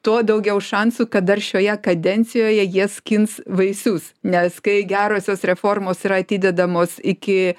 tuo daugiau šansų kad dar šioje kadencijoje jie skins vaisius nes kai gerosios reformos yra atidedamos iki